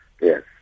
Yes